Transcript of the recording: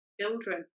children